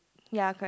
ya correct